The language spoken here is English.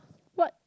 what